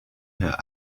her